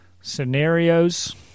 scenarios